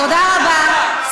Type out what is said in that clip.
תודה רבה.